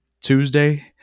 Tuesday